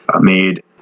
made